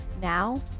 now